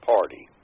Party